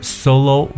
solo